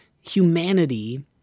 humanity